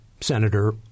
senator